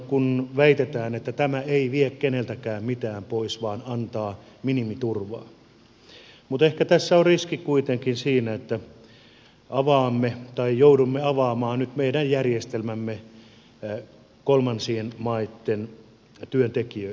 kun väitetään että tämä ei vie keneltäkään mitään pois vaan antaa minimiturvaa niin ehkä tässä on riski kuitenkin siinä että joudumme avaamaan nyt meidän järjestelmämme kolmansien maitten työntekijöille